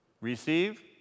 Receive